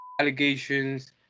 allegations